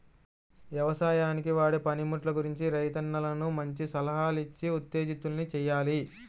యవసాయానికి వాడే పనిముట్లు గురించి రైతన్నలను మంచి సలహాలిచ్చి ఉత్తేజితుల్ని చెయ్యాలి